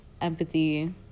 empathy